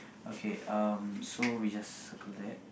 okay um so we just circle that